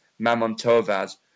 Mamontovas